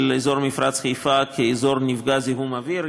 אזור מפרץ חיפה כאזור נפגע זיהום אוויר.